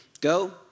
go